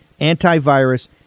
antivirus